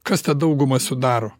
kas tą daugumą sudaro